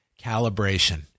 calibration